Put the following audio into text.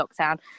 lockdown